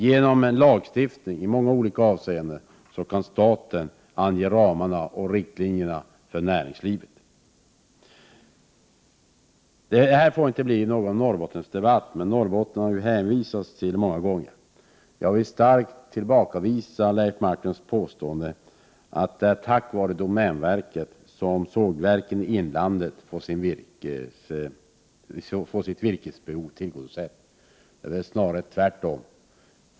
Genom en lagstiftning i många olika avseenden kan staten påverka ramar och riktlinjer för näringslivet. Detta får inte bli någon Norrbottensdebatt, men man har många gånger hänvisat till Norrbotten. Jag vill starkt tillbakavisa Leif Marklunds påstående att det är tack vare domänverket som sågverken i inlandet får sitt virkesbehov tillgodosett. Snarare är det tvärtom.